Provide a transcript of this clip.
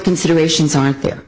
considerations aren't there